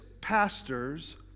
pastor's